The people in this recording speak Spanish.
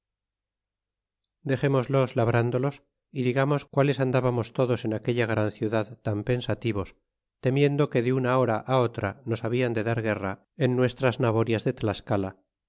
dexémoslos labrándolos y digamos quales andábamos todos en aquella gran ciudad tan pensativos temiendo que de una hora otra nos habian de dar guerra en nuestras naborias de tlascala